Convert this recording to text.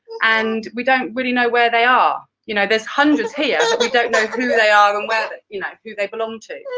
and we don't really know where they are, you know there's hundreds here, but we don't know and who they are and you know who they belong to.